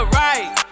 right